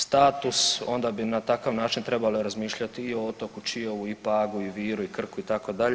Status, onda bi na takav način trebali razmišljati i o otoku Čiovu i Pagu i Viru i Krku itd.